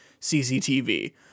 CCTV